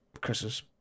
Christmas